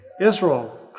Israel